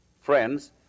friends